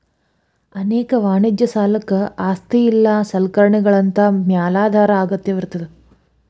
ಅನೇಕ ವಾಣಿಜ್ಯ ಸಾಲಕ್ಕ ಆಸ್ತಿ ಇಲ್ಲಾ ಸಲಕರಣೆಗಳಂತಾ ಮ್ಯಾಲಾಧಾರ ಅಗತ್ಯವಿರ್ತದ